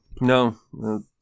No